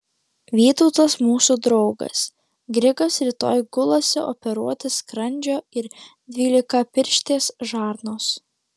vytautas mūsų draugas grigas rytoj gulasi operuoti skrandžio ir dvylikapirštės žarnos